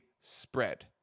spread